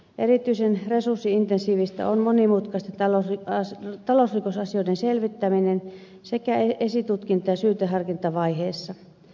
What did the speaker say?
erityisen resurssi intensiivistä on monimutkaisten talousrikosasioiden selvittäminen sekä esitutkinta että syyteharkintavaiheessa